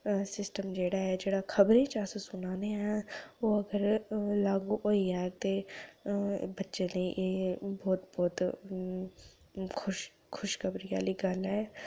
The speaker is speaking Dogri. सिस्टम जेह्ड़ा ऐ जेह्ड़ा खबरें च अस सु'नाने आं ओह् अगर लागू होई जाग ते बच्चें लेई एह् बहुत बहुत खुश खुशखबरी आह्ली गल्ल ऐ